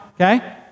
okay